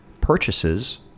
purchases